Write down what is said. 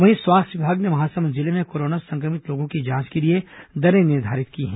वहीं स्वास्थ्य विभाग ने महासमुंद जिले में कोरोना संक्रमित लोगों की जांच के लिए दरें निर्धारित की हैं